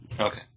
Okay